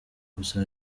gusa